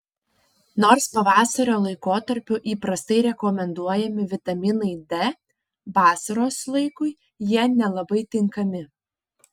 nors pavasario laikotarpiu įprastai rekomenduojami vitaminai d vasaros laikui jie nelabai tinkami